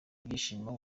ibyishimo